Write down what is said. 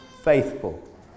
faithful